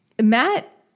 Matt –